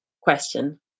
question